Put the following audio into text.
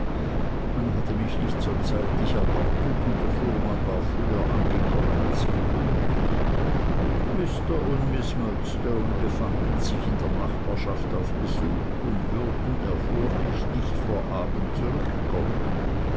man hatte mich nicht so zeitig erwartet und der fuhrmann war früher angekommen als gewöhnlich mr und miß murdstone befanden sich in der nachbarschaft auf besuch und würden erfuhr ich nicht vor abend zurückkommen